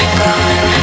gone